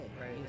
Right